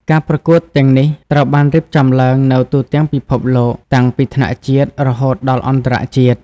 ការប្រកួតទាំងនេះត្រូវបានរៀបចំឡើងនៅទូទាំងពិភពលោក តាំងពីថ្នាក់ជាតិរហូតដល់អន្តរជាតិ។